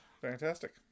Fantastic